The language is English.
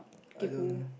I don't